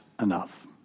enough